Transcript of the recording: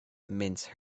mince